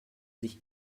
sich